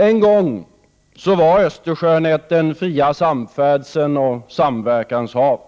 En gång var Östersjön ett den fria samfärdselns och samverkans hav.